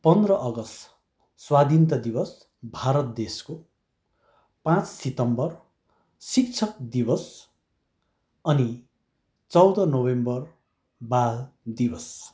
पन्ध्र अगस्ट स्वाधीनता दिवस भारत देशको पाँच सितम्बर शिक्षक दिवस अनि चौध नोभेम्बर बाल दिवस